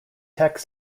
tech